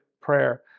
prayer